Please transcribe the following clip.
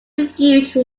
refuge